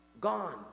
Gone